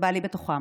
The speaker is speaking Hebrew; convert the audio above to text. ובעלי בתוכם,